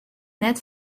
net